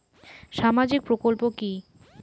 সামাজিক প্রকল্প কি?